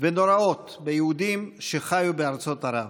ונוראות ביהודים שחיו בארצות ערב.